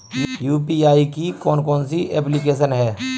UPI की कौन कौन सी एप्लिकेशन हैं?